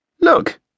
Look